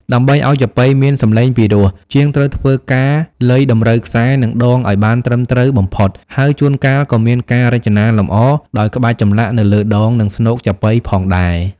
ដើម្បីឱ្យចាប៉ីមានសម្លេងពីរោះ ជាងត្រូវធ្វើការលៃតម្រូវខ្សែ និងដងឱ្យបានត្រឹមត្រូវបំផុត ហើយជួនកាលក៏មានការរចនាលម្អដោយក្បាច់ចម្លាក់នៅលើដង និងស្នូកចាប៉ីផងដែរ។